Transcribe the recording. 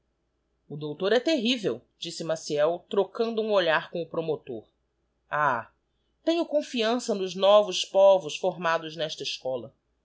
o doutore terrivel disse maciel trocando urh olhar com o promotor ah tenho confiança nos novos povos formados n'esta escola